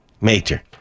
Major